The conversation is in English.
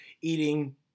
eating